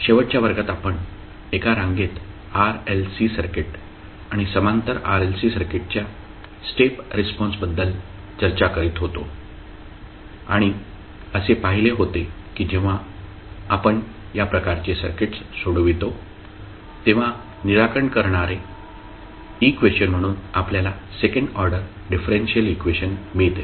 शेवटच्या वर्गात आपण एका रांगेत RLC सर्किट आणि समांतर RLC सर्किटच्या स्टेप रिस्पॉन्स बद्दल चर्चा करीत होतो आणि असे पाहिले होते की जेव्हा आपण या प्रकारचे सर्किट्स सोडवितो तेव्हा निराकरण करणारे इक्वेशन म्हणून आपल्याला सेकंड ऑर्डर डिफरेंशियल इक्वेशन मिळते